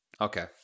okay